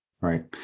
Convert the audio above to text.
Right